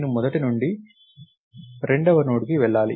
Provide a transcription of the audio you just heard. నేను మొదటి నోడ్ నుండి రెండవ నోడ్కి వెళ్లాలి